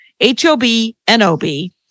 H-O-B-N-O-B